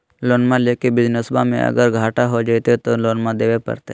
लोनमा लेके बिजनसबा मे अगर घाटा हो जयते तो लोनमा देवे परते?